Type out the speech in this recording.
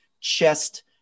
chest